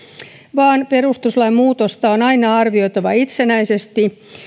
vaan perustuslain muutosta on aina arvioitava itsenäisesti